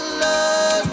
love